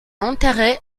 enterré